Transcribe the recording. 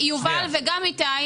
גם יובל וגם איתי,